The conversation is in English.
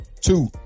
Two